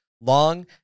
long